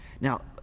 Now